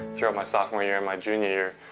throughout my sophomore year and my junior year,